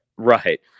Right